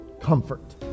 comfort